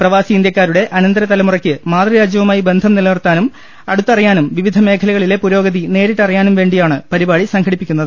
പ്രവാസി ഇന്ത്യക്കാരുടെ അനന്തര തലമുറയ്ക്ക് മാതൃ രാജ്യവുമായി ബന്ധം നിലനിർത്താനും അടുത്തറിയാനും വിവിധ മേഖലകളിലെ പുരോഗതി നേരിട്ട് അറിയാനും വേണ്ടിയാണ് പരിപാടി സംഘടിപ്പിക്കുന്നത്